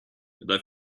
but